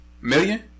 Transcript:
Million